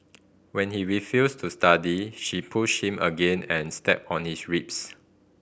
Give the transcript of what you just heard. when he refused to study she pushed him again and stepped on his ribs